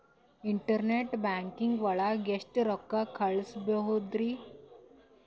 Internet banking ಒಳಗೆ ಎಷ್ಟ್ ರೊಕ್ಕ ಕಲ್ಸ್ಬೋದ್ ರಿ?